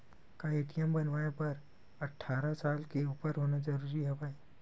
का ए.टी.एम बनवाय बर अट्ठारह साल के उपर होना जरूरी हवय?